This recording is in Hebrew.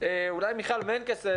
אולי מיכל מנקס,